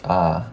ah